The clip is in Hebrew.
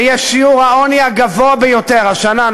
זה יהיה שיעור העוני הגבוה ביותר השנה,